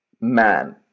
man